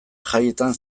jaietan